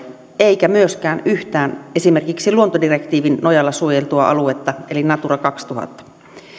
eikä myöskään yhtään esimerkiksi luontodirektiivin nojalla suojeltua aluetta eli natura kaksituhatta aluetta